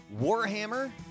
Warhammer